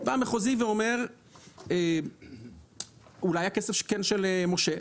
בית משפט המחוזי אומר שאולי הכסף כן של משה,